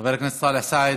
חבר הכנסת סאלח סעד,